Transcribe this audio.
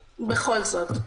היושבת-ראש,